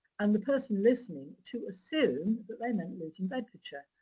and the person listening to assume that they meant luton, bedfordshire.